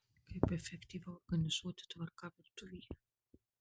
kaip efektyviau organizuoti tvarką virtuvėje